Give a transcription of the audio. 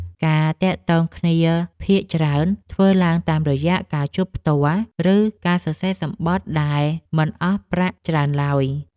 ការទាក់ទងគ្នាភាគច្រើនធ្វើឡើងតាមរយៈការជួបផ្ទាល់ ឬការសរសេរសំបុត្រដែលមិនអស់ប្រាក់ច្រើនឡើយ។